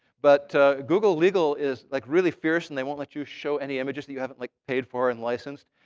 but google legal is like really fierce and they won't let you show any images that you hadn't like paid for and licensed.